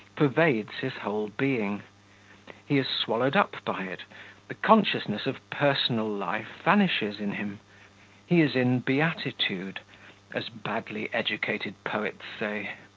pervades his whole being he is swallowed up by it the consciousness of personal life vanishes in him he is in beatitude, as badly educated poets say.